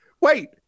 Wait